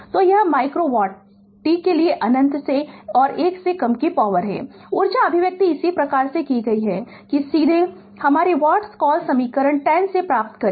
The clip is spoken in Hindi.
तो यह माइक्रो वाट है t के लिए अनंत से 1 से कम यह पॉवर है ऊर्जा अभिव्यक्ति इस प्रकार है कि सीधे हमारे व्हाट्स कॉल समीकरण 10 से प्राप्त करें